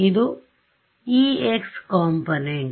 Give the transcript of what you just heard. ಇದು Ex component